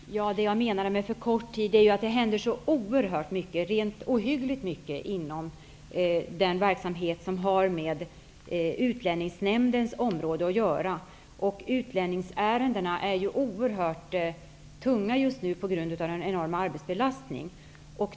Herr talman! Det som jag menade med för kort tid är att det händer så oerhört mycket inom den verksamhet som har med Utlänningsnämndens område att göra. Utlänningsärendena är ju oerhört tunga just nu på grund av den enorma arbetsbelastningen.